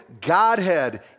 Godhead